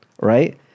Right